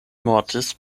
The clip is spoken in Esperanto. mortis